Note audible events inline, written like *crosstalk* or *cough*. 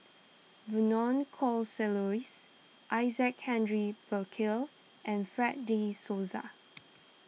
Vernon *unintelligible* Isaac Henry Burkill and Fred De Souza